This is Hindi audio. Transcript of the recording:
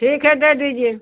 ठीक है दे दीजिए